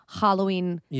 Halloween